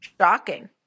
Shocking